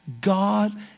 God